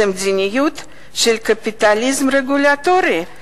למדיניות של "קפיטליזם רגולטורי",